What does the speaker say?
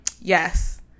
Yes